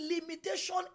limitation